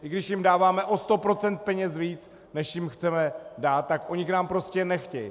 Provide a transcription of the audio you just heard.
I když jim dávají o sto procent peněz víc, než jim chceme dát, tak oni k nám prostě nechtějí.